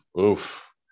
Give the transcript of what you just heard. Oof